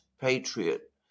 patriot